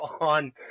on